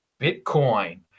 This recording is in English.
Bitcoin